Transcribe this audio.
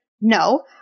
No